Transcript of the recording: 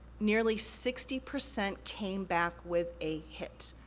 nearly sixty percent came back with a hit.